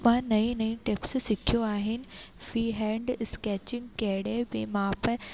मां नई नई टिप्स सिखियूं आहिनि फ्री हैंड स्कैचिंग कहिड़े बी माप